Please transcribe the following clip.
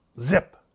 zip